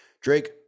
drake